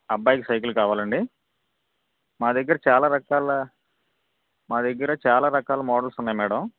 అబ్బాయికి సైకిల్ కావాలండి మా దగ్గర చాలా రకాల మా దగ్గర చాలా రకాల మోడల్స్ ఉన్నాయి మేడం